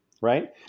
right